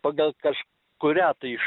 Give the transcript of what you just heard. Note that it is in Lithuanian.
pagal kažkurią tai iš